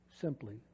simply